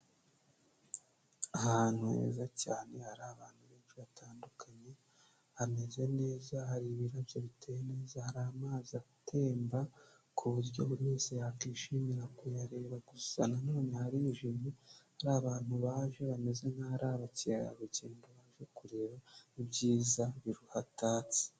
Ahantu heza cyane hari abantu benshi batandukanye hameze neza hari ibirabyo bite neza hari amazi atemba ku buryo buri wese yakwishimira kuyareba gusa nonene harijimye, hari abantu baje bameze nk'abakerarugendo baje kureba ibyiza bihatatse.